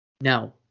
No